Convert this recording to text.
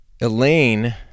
Elaine